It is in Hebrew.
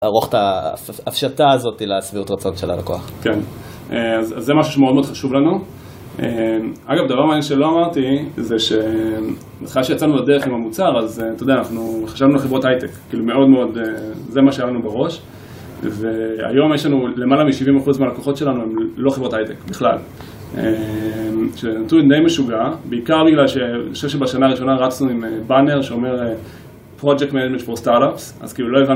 ערוך את ההפשטה הזאתי לסביבת רצון של הלקוח. כן, אז זה משהו שמאוד מאוד חשוב לנו. אגב, דבר מעניין שלא אמרתי, זה שבהתחלה שיצאנו לדרך עם המוצר, אז אתה יודע, אנחנו חשבנו על חברות הייטק. מאוד מאוד, זה מה שהיה לנו בראש, והיום יש לנו למעלה מ-70% מהלקוחות שלנו הם לא חברות הייטק בכלל. שנתון די משוגע, בעיקר בגלל שאני חושב שבשנה הראשונה רצנו עם בטנר שאומר project management for startups, אז כאילו לא הבנו